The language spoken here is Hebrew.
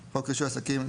- חוק רישוי עסקים,